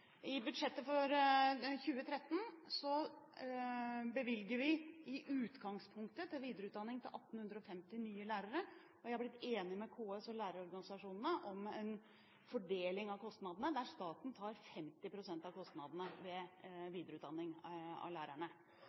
I budsjettet for 2013 bevilger vi – i utgangspunktet til videreutdanning – midler til 1 850 nye lærere. Jeg har blitt enig med KS og lærerorganisasjonene om en fordeling av kostnadene, der staten tar 50 pst. av kostnadene ved videreutdanning av lærerne.